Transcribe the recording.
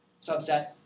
subset